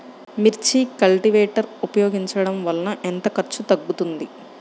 మిర్చి కల్టీవేటర్ ఉపయోగించటం వలన ఎంత ఖర్చు తగ్గుతుంది?